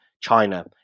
china